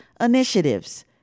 initiatives